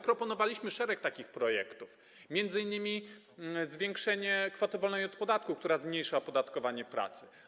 Proponowaliśmy szereg takich projektów, m.in. zwiększenia kwoty wolnej od podatku, która zmniejsza opodatkowanie pracy.